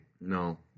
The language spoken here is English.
No